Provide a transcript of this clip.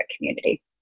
community